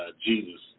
Jesus